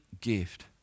gift